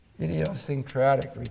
idiosyncratic